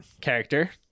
character